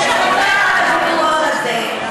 חבל על הוויכוח הזה.